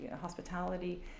hospitality